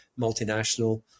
multinational